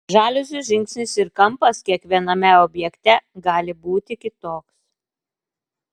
žaliuzių žingsnis ir kampas kiekviename objekte gali būti kitoks